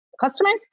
customers